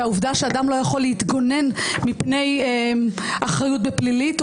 והעובדה שאדם לא יכול להתגונן מפני אחריות בפלילית או